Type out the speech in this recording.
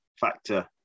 factor